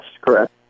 correct